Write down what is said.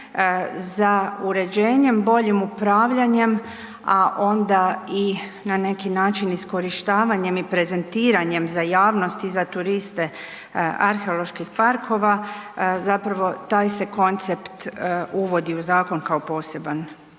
za uređenjem, boljim upravljanjem, a onda i na neki način iskorištavanjem i prezentiranjem za javnost i za turiste arheoloških parkova zapravo taj se koncept uvodi u zakon kao poseban